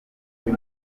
muri